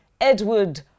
edward